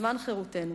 זמן חירותנו.